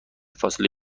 فاصله